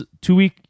two-week